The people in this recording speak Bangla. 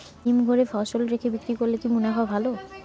হিমঘরে ফসল রেখে বিক্রি করলে কি মুনাফা ভালো?